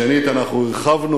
שנית, אנחנו הרחבנו